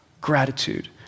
gratitude